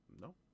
No